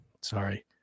Sorry